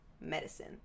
Medicine